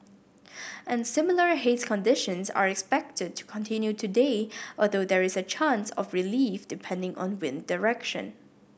and similar haze conditions are expected to continue today although there is a chance of relief depending on wind direction